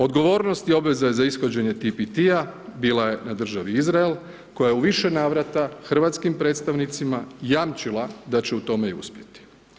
Odgovornost i obveza za ishođenje TIPIT-a bila je na državi Izrael koja je u više navrata Hrvatskim predstavnicima jamčila da će u tome i uspjeti.